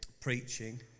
preaching